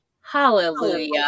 Hallelujah